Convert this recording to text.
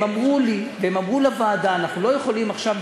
הם אמרו לי והם אמרו לוועדה: אנחנו לא יכולים עכשיו,